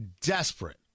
desperate